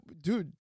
dude